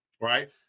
right